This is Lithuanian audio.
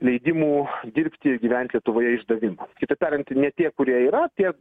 leidimų dirbti gyvent lietuvoje išdavimo kitaip tariant ne tie kurie yra tie